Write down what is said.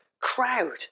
crowd